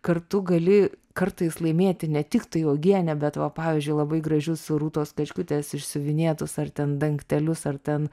kartu gali kartais laimėti ne tiktai uogienę bet va pavyzdžiui labai gražius rūtos kačkutės išsiuvinėtus ar ten dangtelius ar ten